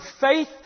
faith